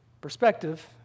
perspective